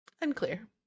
Unclear